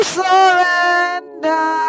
surrender